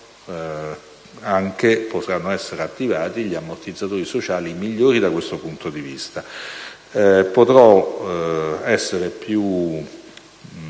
potranno essere attivati gli ammortizzatori sociali migliori da questo punto di vista.